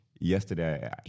yesterday